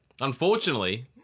Unfortunately